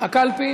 הקלפי